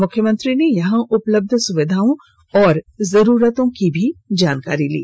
मुख्यमंत्री ने यहां उपलब्ध सुविधाओं और जरूरतों की भी जानकारी ली